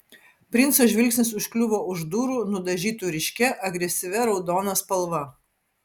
princo žvilgsnis užkliuvo už durų nudažytų ryškia agresyvia raudona spalva